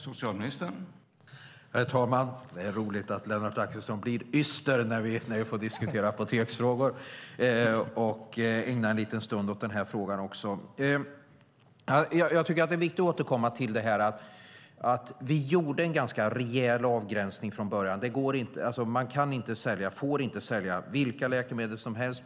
Herr talman! Det är roligt att Lennart Axelsson blir yster när vi får diskutera apoteksfrågor och ägna en liten stund åt den här frågan också. Det är viktigt att återkomma till att vi gjorde en ganska rejäl avgränsning från början. Man får inte sälja vilka läkemedel som helst.